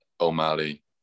O'Malley